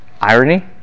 Irony